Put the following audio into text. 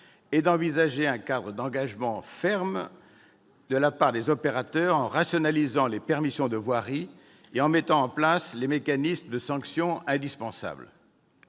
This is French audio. et d'envisager un cadre d'engagement ferme de la part des opérateurs en rationalisant les permissions de voirie et en mettant en place les mécanismes de sanction indispensables.